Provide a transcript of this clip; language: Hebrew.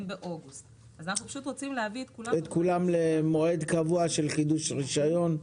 באוגוסט אנחנו רוצים להביא את כולם למועד קבוע של חידוש רישיון.